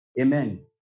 Amen